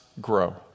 grow